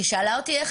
איך היה.